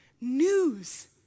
news